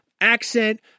Accent